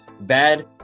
Bad